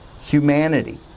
humanity